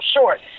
short